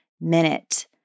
minute